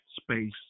space